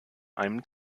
einem